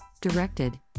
directed